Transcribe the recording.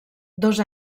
dos